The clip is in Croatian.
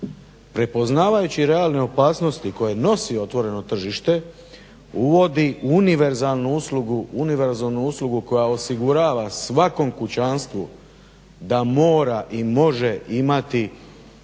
prepoznavajući realne opasnosti koje nosi otvoreno tržište uvodi univerzalnu uslugu koja osigurava svakom kućanstvu da mora i može imati